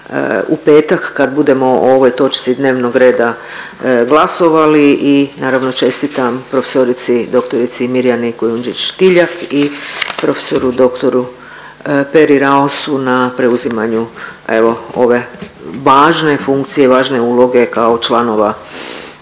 u petak kad budemo o ovoj točci dnevnog reda glasovali i naravno čestitam prof.dr. Mirjani Kujundžić Tiljak i prof.dr. Peri Raosu na preuzimanju evo ove važne funkcije i važne uloge kao članova